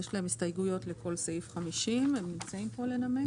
יש להם הסתייגויות לכל סעיף 50. הם נמצאים פה לנמק?